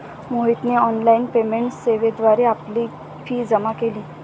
मोहितने online payment सेवेद्वारे आपली फी जमा केली